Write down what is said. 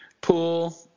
Pool